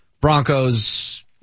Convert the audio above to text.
Broncos